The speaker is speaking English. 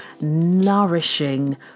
nourishing